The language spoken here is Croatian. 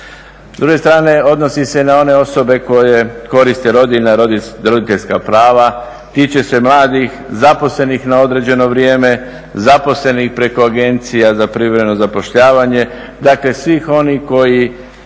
S druge strane odnosi se na one osobe koje koriste rodiljne, roditeljska prava, tiče se mladih zaposlenih na određeno vrijeme, zaposlenih preko agencija za privremeno zapošljavanje, dakle svih onih koji